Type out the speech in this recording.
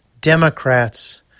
Democrats